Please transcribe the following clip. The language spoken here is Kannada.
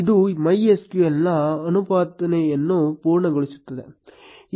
ಇದು MySQL ನ ಅನುಸ್ಥಾಪನೆಯನ್ನು ಪೂರ್ಣಗೊಳಿಸುತ್ತದೆ